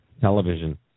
television